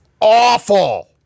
awful